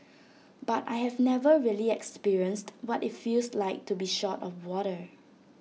but I have never really experienced what IT feels like to be short of water